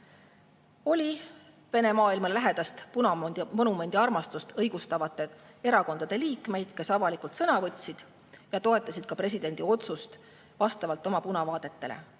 Oli Vene maailmale lähedast punamonumendiarmastust õigustavate erakondade liikmeid, kes avalikult sõna võtsid ja toetasid ka presidendi otsust vastavalt oma punavaadetele.